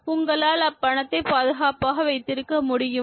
உங்களால் அப்பணத்தை பாதுகாப்பாக வைத்திருக்க முடியுமா